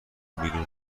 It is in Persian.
بیرون